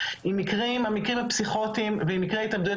עם המקרים הפסיכוטיים ועם מקרי ההתאבדויות,